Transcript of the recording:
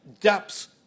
Depths